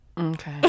okay